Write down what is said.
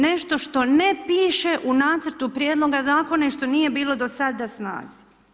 Nešto što ne piše u Nacrtu prijedloga Zakona i što nije bilo do sada na snazi.